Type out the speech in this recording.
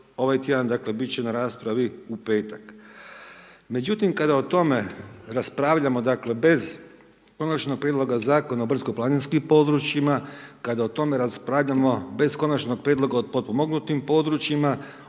ovaj tjedan, dakle bit će na raspravi u petak. Međutim kada o tome raspravljamo, dakle, bez Konačnog prijedloga Zakona o brdsko planinskim područjima, kada o tome raspravljamo bez Konačnog prijedloga o potpomognutim područjima,